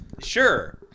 sure